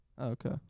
okay